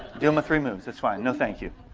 doing my three moves, it's fine, no thank you.